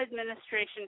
administration